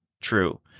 true